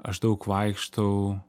aš daug vaikštau